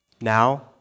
Now